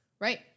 Right